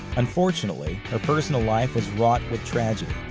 unfortunately, her personal life was wrought with tragedy.